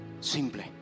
simple